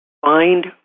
Find